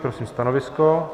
Prosím stanovisko.